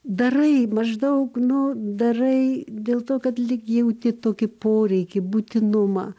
darai maždaug nu darai dėl to kad lyg jauti tokį poreikį būtinumą